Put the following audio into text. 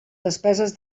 despeses